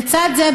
לצד זה,